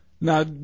Now